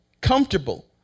comfortable